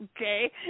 Okay